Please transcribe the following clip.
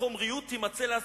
החומריות תימצא לה אז,